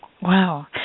Wow